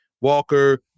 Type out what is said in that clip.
Walker